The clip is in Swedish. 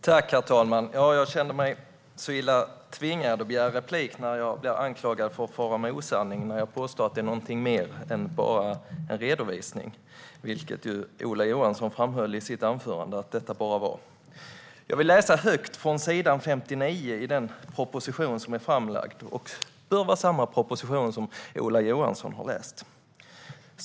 Herr talman! Jag kände mig så illa tvungen att begära replik när jag blev anklagad för att fara med osanning för att jag påstod att det är någonting mer än bara en redovisning, vilket Ola Johansson framhöll i sitt anförande att detta var. Jag vill läsa högt från s. 59 i den proposition som är framlagd. Det bör vara samma proposition som Ola Johansson har läst.